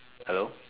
hello